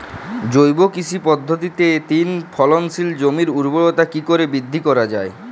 জৈব কৃষি পদ্ধতিতে তিন ফসলী জমির ঊর্বরতা কি করে বৃদ্ধি করা য়ায়?